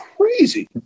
crazy